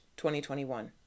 2021